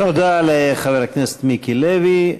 תודה לחבר הכנסת מיקי לוי.